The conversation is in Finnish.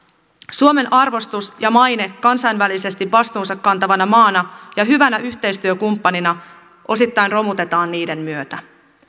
suomen arvostus ja maine kansainvälisesti vastuunsa kantavana maana ja hyvänä yhteistyökumppanina osittain romutetaan niiden myötä